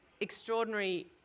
extraordinary